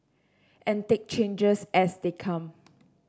and take changes as they come